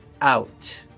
out